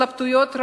התלבטויות רבות,